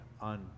on